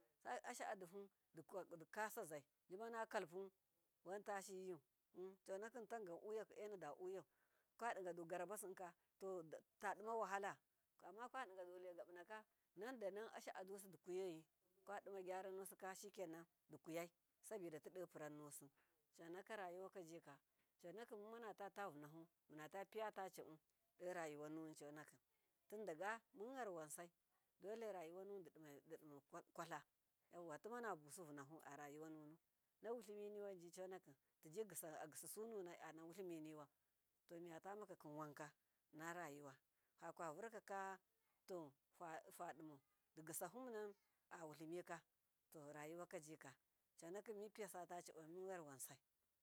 Ashaadihu dikasazai jimanakalpu wanta shiyiyu conaki tangan buyaki e nadabuyau, kwadiga dugarabasimka totadimawahala ammakwa digadu laigabunaka nandanan asha adusi di kuyoyi kwaduna gyaranusika shikenan dukuyai, sabidatido puranusu rayuwakajika conakim mummatata vunuhu munatapiyatacibu dorayuwanun conaki, tindaga munyar wansai dolerayuwanu dima gwatla yauwatimabusivunahu arayu wanunu nawutliminijie conakim tijigisau agisu nunai anawutliminiwun to miyatamakim wanka, innarayuwa fawa vurkakato fadimau digisahumanan awutlimika to ra yuwakajika, conakim mupiyasatucibai mun yar wan sai.